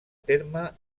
terme